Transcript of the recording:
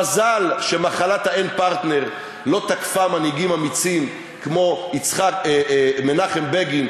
מזל שמחלת האין-פרטנר לא תקפה מנהיגים אמיצים כמו מנחם בגין,